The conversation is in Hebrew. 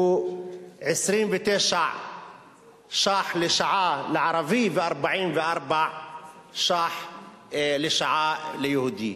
29 שקלים לשעה לערבי, ו-44 שקלים לשעה ליהודי.